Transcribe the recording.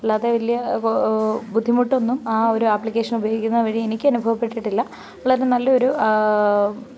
അല്ലാതെ വലിയ ബുദ്ധിമുട്ടൊന്നും ആ ഒരു ആപ്ലിക്കേഷൻ ഉപയോഗിക്കുന്നത് വഴി എനിക്കനുഭവപ്പെട്ടിട്ടില്ല വളരെ നല്ല ഒരു